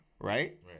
right